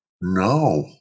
No